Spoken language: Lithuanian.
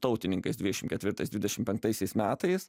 tautininkais dvidešim ketvirtais dvidešim penktaisiais metais